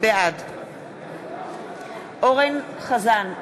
בעד אורן אסף חזן,